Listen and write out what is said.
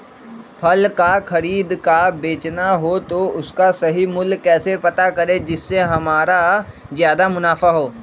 फल का खरीद का बेचना हो तो उसका सही मूल्य कैसे पता करें जिससे हमारा ज्याद मुनाफा हो?